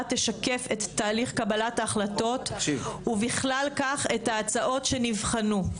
תשקף את תהליך קבלת ההחלטות ובכלל כך את ההצעות שנבחנו.